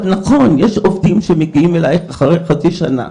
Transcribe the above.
נכון, יש עובדים שמגיעים אלייך אחרי חצי שנה,